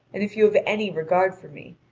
and if you have any regard for me,